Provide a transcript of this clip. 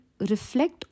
reflect